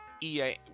EA